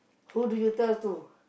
who do you tell to